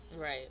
Right